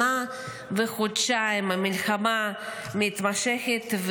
שנה וחודשיים המלחמה מתמשכת,